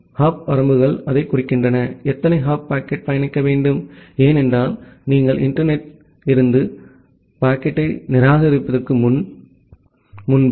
hop வரம்புகள் அதைக் குறிக்கின்றன எத்தனை ஹாப் பாக்கெட் பயணிக்க வேண்டும் ஏனென்றால் நீங்கள் இன்டர்நெட் த்திலிருந்து பாக்கெட்டை நிராகரிப்பதற்கு முன்பு